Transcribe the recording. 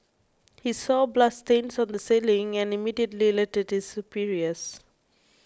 he saw bloodstains on the ceiling and immediately alerted his superiors